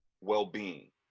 well-being